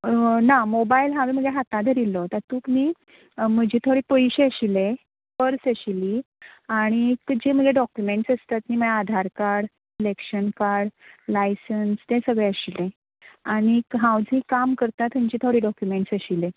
णा मोबायल हांवें म्हज्या हाता धरिल्लो तातूक न्ही म्हजे थोडे पयशे आशिल्ले पर्स आशिल्ली आनीक जे मगे डॉक्युमँट्स आसतात न्ही म्हळ्या Aadhaar card election card licence तें सगळें आशिल्लें आनीक हांव जी काम करता थंयंचे थोडे डॉक्युमँट्स आशिल्ले